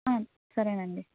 సరేనండీ